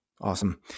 Awesome